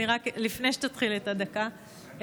לפני שתתחיל את הדקה,